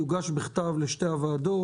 יוגש בכתב לשתי הוועדות.